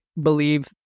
believe